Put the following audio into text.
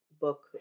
book